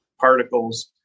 particles